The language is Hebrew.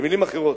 במלים אחרות,